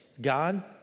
God